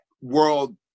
world